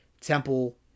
Temple